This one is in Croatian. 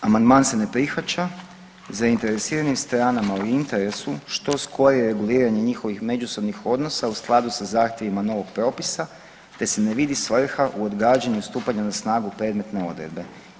Amandman se ne prihvaća, zainteresiranim stranama u interesu je što skorije reguliranje njihovih međusobnih odnosa u skladu sa zahtjevima novog propisa te se ne vidi svrha u odgađanju stupanja na snagu predmetne odredbe.